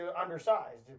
undersized